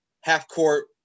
half-court